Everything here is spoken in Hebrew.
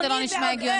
כי זה לא נשמע הגיוני.